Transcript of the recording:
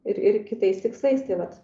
ir ir kitais tikslais tai vat